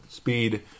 speed